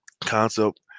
concept